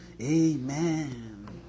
Amen